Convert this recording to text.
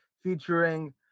featuring